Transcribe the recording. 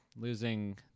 losing